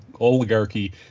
oligarchy